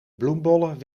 bloembollen